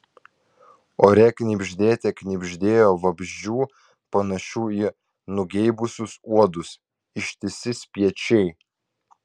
ore knibždėte knibždėjo vabzdžių panašių į nugeibusius uodus ištisi spiečiai